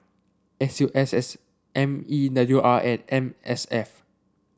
S U S S M E W R and M S F